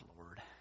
Lord